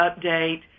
update